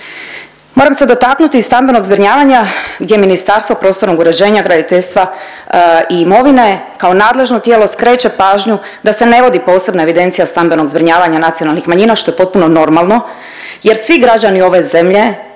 Moram se dotaknuti i stambenog zbrinjavanja gdje Ministarstvo prostornog uređenja, graditeljstva i imovine kao nadležno tijelo skreće pažnju da se ne vodi posebna evidencija stambenog zbrinjavanja nacionalnih manjina što je potpuno normalno jer svi građani ove zemlje